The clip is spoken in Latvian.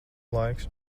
laiks